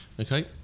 Okay